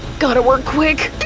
gotta work quick!